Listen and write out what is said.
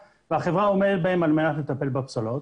והחברה עומדת בהן על מנת לטפל בפסולת.